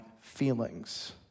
feelings